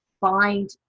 find